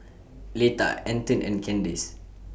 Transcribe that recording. Leta Antone and Kandace